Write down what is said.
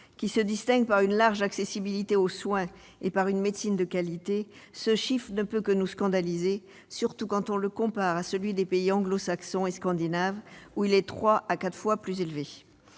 qui se distingue par une large accessibilité aux soins et une médecine de qualité, ce chiffre ne peut que nous scandaliser, surtout quand on le compare à celui des pays anglo-saxons et scandinaves, où il est trois à quatre fois plus élevé.